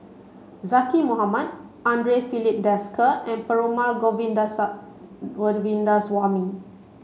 Zaqy Mohamad Andre Filipe Desker and Perumal Govindaswamy